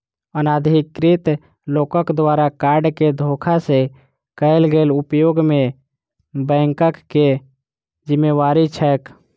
अनाधिकृत लोकक द्वारा कार्ड केँ धोखा सँ कैल गेल उपयोग मे बैंकक की जिम्मेवारी छैक?